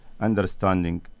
understanding